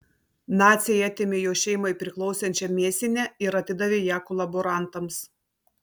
naciai atėmė jo šeimai priklausančią mėsinę ir atidavė ją kolaborantams